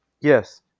Yes